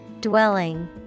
Dwelling